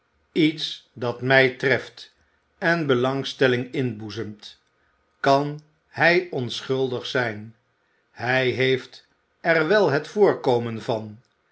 iets dat mij treft en belangstelling inboezemt kan hij onschuldig zijn hij heeft er wel het voorkomen van